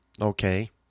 okay